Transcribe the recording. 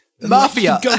mafia